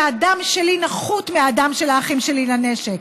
שהדם שלי נחות מהדם של האחים שלי לנשק,